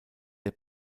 der